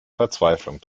verzweiflung